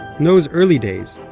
those early days,